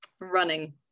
Running